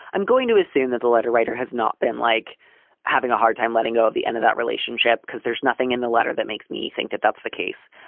i'm going to assume that the letter writer has not been like having a hard time letting go of the end of that relationship because there's nothing in the letter that makes me think that that's the case.